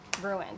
ruined